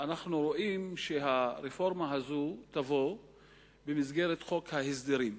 אנחנו רואים שהרפורמה הזו תבוא במסגרת חוק ההסדרים.